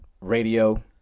Radio